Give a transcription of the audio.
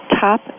Top